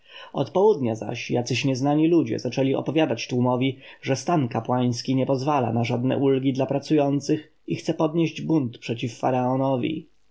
od południa zaś jacyś nieznani ludzie zaczęli opowiadać tłumowi że stan kapłański nie pozwala na żadne ulgi dla pracujących i chce podnieść bunt przeciw